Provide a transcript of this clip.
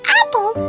apple